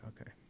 okay